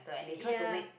ya